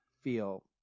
Feel